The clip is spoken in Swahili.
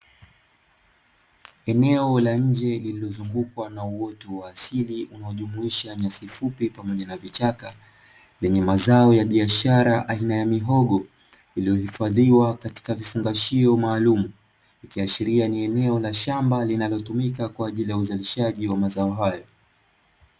Eneo la nje lilozungukwa na uoto wa asili, unaojumuisha nyasi fupi pamoja na vichaka, lenye mazao ya biashara aina ya mihogo iliyohifadhiwa katika vifungashio maalum, ikiashiria ni eneo la shamba linalotumika kwaajili ya uzalishaji wa mazao hayo.